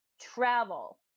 travel